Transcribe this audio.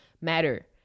matter